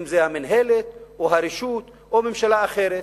אם המינהלת או הרשות או ממשלה אחרת?